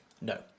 No